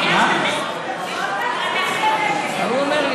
אותו צבא,